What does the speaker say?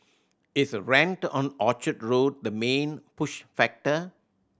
is rent on Orchard Road the main push factor